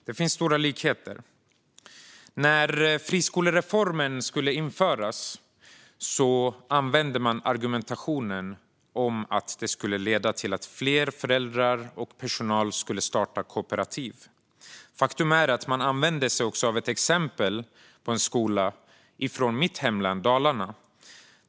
Det finns stora likheter. När friskolereformen skulle införas använde man argumentationen att det skulle leda till att fler föräldrar och personal skulle starta kooperativ. Faktum är att man använde sig av ett exempel på en skola i mitt hemlän Dalarna.